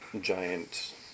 giant